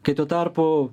kai tuo tarpu